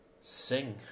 sing